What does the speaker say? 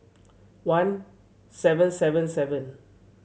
one seven seven seven